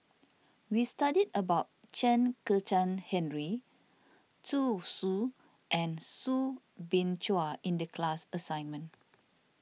we studied about Chen Kezhan Henri Zhu Xu and Soo Bin Chua in the class assignment